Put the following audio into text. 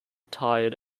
tired